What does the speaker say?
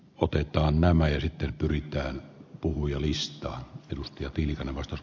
otetaan nämä ja sitten pyritään puhujalistaa kyllikki otti liikanen ed